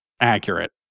Accurate